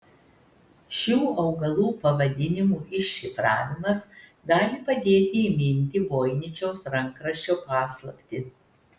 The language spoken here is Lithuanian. šių augalų pavadinimų iššifravimas gali padėti įminti voiničiaus rankraščio paslaptį